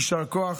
יישר כוח.